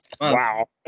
wow